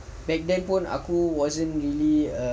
back then pun aku wasn't really a